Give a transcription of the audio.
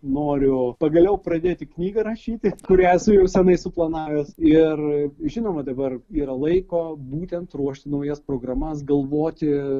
noriu pagaliau pradėti knygą rašyti kurią esu jau senai suplanavęs ir žinoma dabar yra laiko būtent ruošti naujas programas galvoti